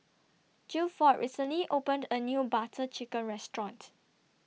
Gilford recently opened A New Butter Chicken Restaurant